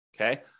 okay